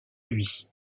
lui